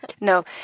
no